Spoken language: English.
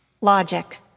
logic